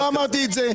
אמנון, לא אמרתי את זה.